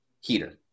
heater